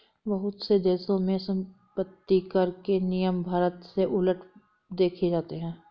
बहुत से देशों में सम्पत्तिकर के नियम भारत से उलट देखे जाते हैं